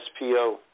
SPO